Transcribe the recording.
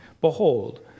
Behold